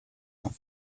ans